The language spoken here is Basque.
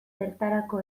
zertarako